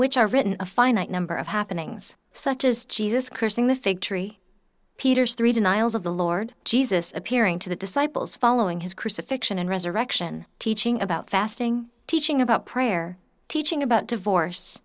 which are written a finite number of happenings such as jesus cursing the fig tree peter's three denials of the lord jesus appearing to the disciples following his crucifixion and resurrection teaching about fasting teaching about prayer teaching about divorce